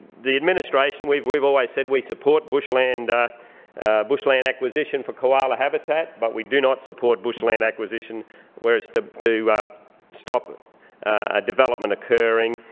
the administration, we've we've always said we support bushland bushland acquisition for koala habitat, but we do not support bushland acquisition where's it's done to stop a development occurring,